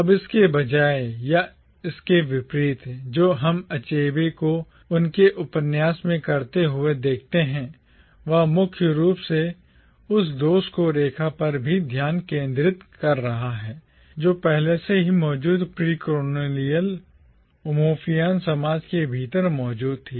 अब इसके बजाय या इसके विपरीत जो हम अचेबे को उनके उपन्यास में करते हुए देखते हैं वह मुख्य रूप से उस दोष रेखा पर भी ध्यान केंद्रित कर रहा है जो पहले से ही मौजूद प्रोलोनियल उमियोफियान समाज के भीतर मौजूद थी